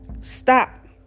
Stop